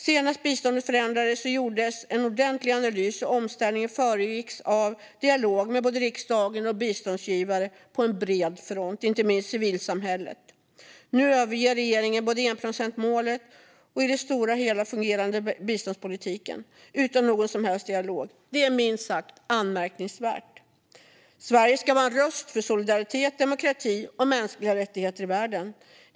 Senast biståndet förändrades gjordes en ordentlig analys, och omställningen föregicks av en dialog med både riksdagen och biståndsgivare på bred front. Inte minst civilsamhället var inblandat. Nu överger regeringen både enprocentsmålet och en i det stora hela fungerande biståndspolitik utan någon som helst dialog. Det är minst sagt anmärkningsvärt. Sverige ska vara en röst för solidaritet, demokrati och mänskliga rättigheter i världen.